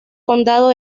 condado